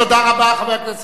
תודה רבה, חבר הכנסת.